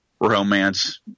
romance